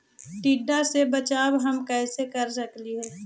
टीडा से बचाव हम कैसे कर सकली हे?